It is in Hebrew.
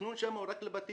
והתכנון שם הוא רק לבתים.